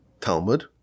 Talmud